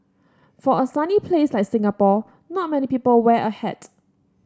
for a sunny place like Singapore not many people wear a hat